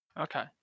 Okay